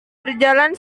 berjalan